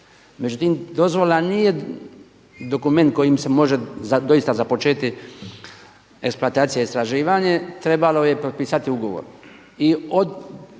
Međutim, dozvola nije dokument kojim se može doista započeti eksploatacija i istraživanje, trebalo je potpisati ugovor.